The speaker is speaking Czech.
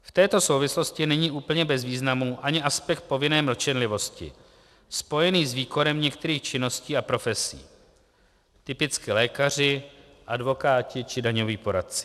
V této souvislosti není úplně bez významu ani aspekt povinné mlčenlivosti spojený s výkonem některých činností a profesí typicky lékaři, advokáti či daňoví poradci.